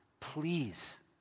Please